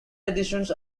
editions